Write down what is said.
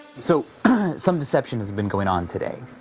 so some deception has been going on today.